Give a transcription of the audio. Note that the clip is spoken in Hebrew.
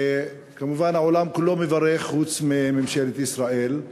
וכמובן העולם כולו מברך, חוץ מממשלת ישראל,